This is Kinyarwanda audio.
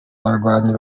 barwanyi